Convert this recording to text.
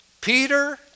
Peter